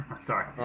Sorry